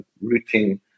routing